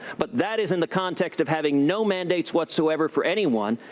but that is in the context of having no mandates whatsoever for anyone.